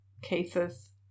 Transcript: cases